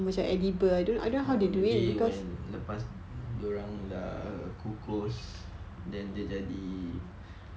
orh maybe when lepas dia orang dah kukus then dia jadi